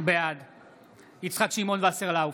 בעד יצחק שמעון וסרלאוף,